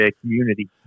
community